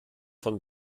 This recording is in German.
von